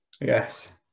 Yes